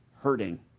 hurting